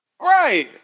Right